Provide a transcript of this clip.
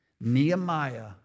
Nehemiah